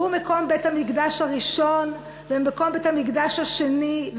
שהוא מקום בית-המקדש הראשון ומקום בית-המקדש השני,